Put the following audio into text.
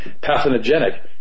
pathogenic